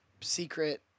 secret